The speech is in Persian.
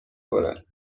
کند